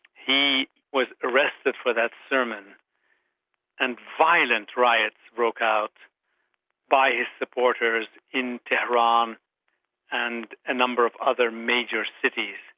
he was arrested for that sermon and violent riots broke out by his supporters in teheran and a number of other major cities.